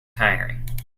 tiring